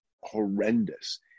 horrendous